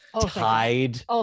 tied